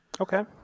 Okay